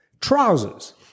Trousers